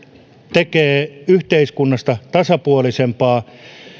tekee yhteiskunnasta tasapuolisemman